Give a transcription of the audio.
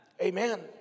Amen